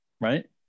Right